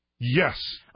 Yes